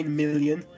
million